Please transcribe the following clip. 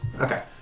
okay